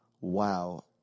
wow